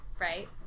Right